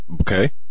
Okay